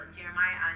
Jeremiah